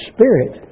Spirit